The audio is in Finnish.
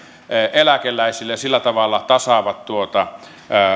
eläkeläisille ja sillä tavalla tasaavat tuota